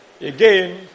again